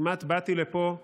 כמעט באתי לפה להגיד: